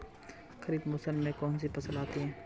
खरीफ मौसम में कौनसी फसल आती हैं?